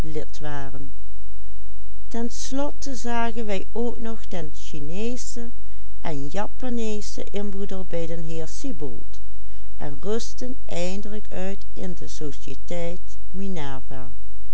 den sineeschen en japanneeschen inboedel bij den heer siebold en rustten eindelijk uit in de sociëteit minerva